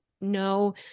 no